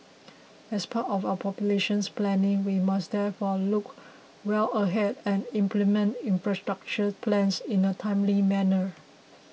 as part of our populations planning we must therefore look well ahead and implement infrastructure plans in a timely manner